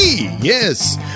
Yes